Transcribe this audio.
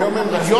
על היום אני לא,